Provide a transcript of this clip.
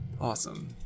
Awesome